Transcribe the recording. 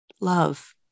love